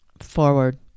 forward